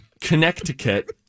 connecticut